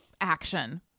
action